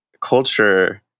culture